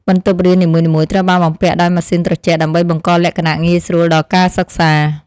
បន្ទប់រៀននីមួយៗត្រូវបានបំពាក់ដោយម៉ាស៊ីនត្រជាក់ដើម្បីបង្កលក្ខណៈងាយស្រួលដល់ការសិក្សា។